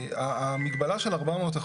המגבלה של 400%,